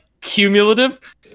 cumulative